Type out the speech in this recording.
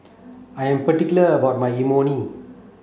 I am particular about my Imoni